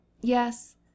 yes